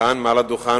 כאן מעל הדוכן.